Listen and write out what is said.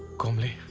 komali?